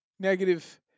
negative